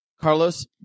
Carlos